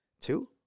two